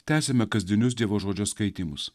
tęsiame kasdienius dievo žodžio skaitymus